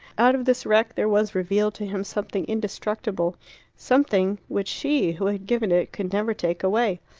out of this wreck there was revealed to him something indestructible something which she, who had given it, could never take away.